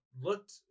looked